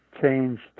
changed